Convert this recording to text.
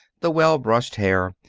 the well-brushed hair,